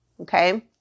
okay